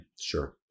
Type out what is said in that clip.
sure